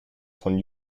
von